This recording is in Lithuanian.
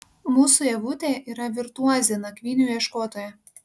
mūsų ievutė yra virtuozė nakvynių ieškotoja